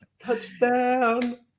touchdown